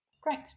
Great